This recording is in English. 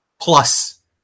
plus